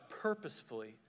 purposefully